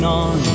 on